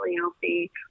healthy